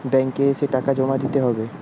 Bank এ এসে টাকা জমা দিতে হবে?